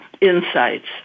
insights